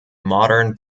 modern